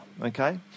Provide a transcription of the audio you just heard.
okay